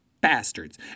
bastards